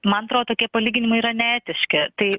man atrodo tokie palyginimai yra neetiški tai